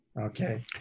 okay